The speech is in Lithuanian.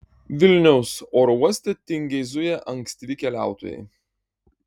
vilniaus oro uoste tingiai zuja ankstyvi keliautojai